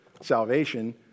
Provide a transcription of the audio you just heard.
salvation